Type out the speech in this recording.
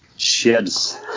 sheds